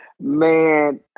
Man